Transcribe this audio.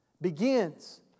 begins